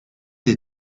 des